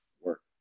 work